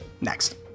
Next